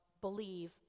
believe